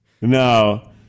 No